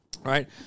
Right